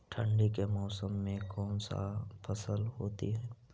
ठंडी के मौसम में कौन सा फसल होती है?